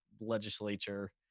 legislature